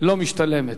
לא משתלמת.